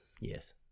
Yes